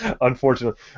Unfortunately